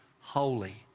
holy